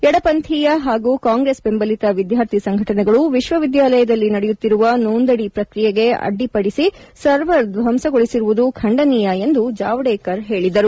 ಎಡಪಂಥಿಯ ಪಾಗೂ ಕಾಂಗ್ರೆಸ್ ಬೆಂಬಲಿತ ವಿದ್ಯಾರ್ಥಿ ಸಂಘಟನೆಗಳು ವಿಶ್ವವಿದ್ಯಾಲಯದಲ್ಲಿ ನಡೆಯುತ್ತಿರುವ ನೋಂದಣಿ ಪ್ರಕ್ರಿಯೆಗೆ ಅಡ್ಡಿಪಡಿಸಿ ಸರ್ವರ್ ಧ್ವಂಸಗೊಳಿಸಿರುವುದು ಖಂಡನೀಯ ಎಂದು ಜಾವಡೇಕರ್ ಹೇಳಿದರು